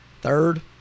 Third